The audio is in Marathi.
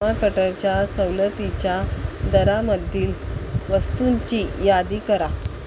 म कटरच्या सवलतीच्या दरामधील वस्तूंची यादी करा